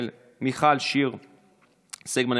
מיכל שיר סגמן,